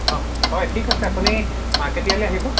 হয় ঠিক আছে আপুনি কেতিয়ালৈ আহিব